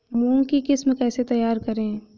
मूंग की किस्म कैसे तैयार करें?